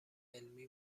علمی